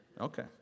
Okay